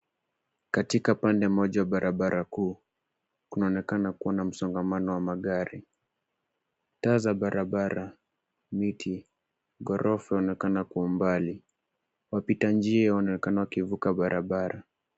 Katika pande moja barabara kuu, kunaonekana kuwa na msongamano wa magari. Taa za barabara, miti, ghorofa unaonekana kwa umbali. Wapita njia wanaonekana wakivuka barabara.